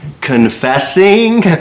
confessing